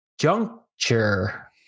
Juncture